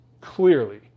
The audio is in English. clearly